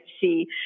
see